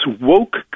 woke